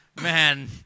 Man